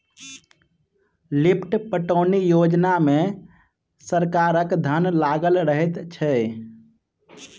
lift पटौनी योजना मे सरकारक धन लागल रहैत छै